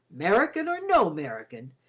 merican or no merican,